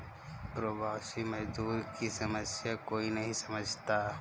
प्रवासी मजदूर की समस्या कोई नहीं समझता